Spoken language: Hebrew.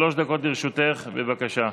שלוש דקות לרשותך, בבקשה.